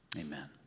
amen